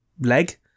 leg